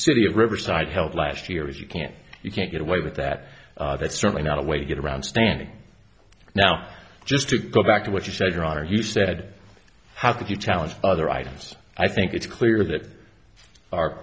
city of riverside held last year if you can't you can't get away with that that's certainly not a way to get around standing now just to go back to what you said your honor you said how could you challenge other items i think it's clear